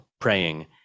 praying